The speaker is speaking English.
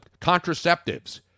contraceptives